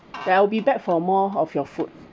I'll be back for more of your food